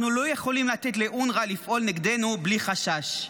אנחנו לא יכולים לתת לאונר"א לפעול נגדנו בלי חשש.